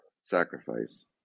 sacrifice